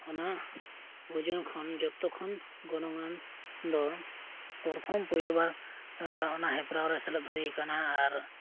ᱚᱱᱟ ᱵᱩᱡᱩᱱ ᱠᱷᱚᱱ ᱡᱚᱛᱚᱠᱷᱚᱱ ᱜᱚᱱᱚᱝᱟᱱ ᱫᱚ ᱯᱚᱨᱛᱷᱚᱢ ᱯᱳᱭᱞᱳᱵᱟᱨ ᱚᱱᱟ ᱦᱮᱯᱨᱟᱣᱨᱮ ᱥᱮᱞᱮᱫ ᱦᱩᱭᱠᱟᱱᱟ ᱟᱨ